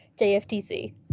jftc